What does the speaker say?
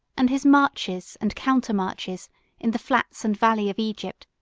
and his marches and countermarches in the flats and valley of egypt,